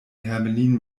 hermelin